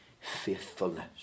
faithfulness